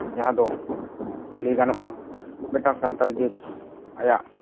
ᱡᱟᱦᱟᱸ ᱫᱚ ᱞᱟᱹᱭ ᱜᱟᱱᱚᱜᱼᱟ ᱢᱤᱫᱴᱟᱱ ᱥᱟᱱᱛᱟᱲ ᱡᱟᱹᱛ ᱟᱭᱟᱜ